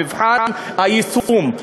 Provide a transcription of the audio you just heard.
במבחן היישום,